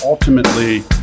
ultimately